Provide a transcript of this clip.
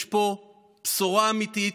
יש פה בשורה אמיתית.